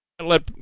let